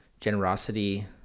generosity